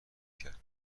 کرد